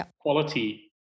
quality